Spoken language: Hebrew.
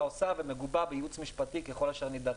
עושה ומגובה בייעוץ משפטי ככל אשר נדרש.